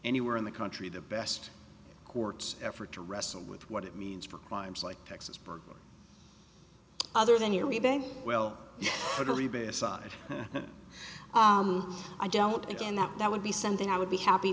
anywhere in the country the best courts effort to wrestle with what it means for crimes like texas burg other than your well what a rebate aside i don't again that that would be something i would be happy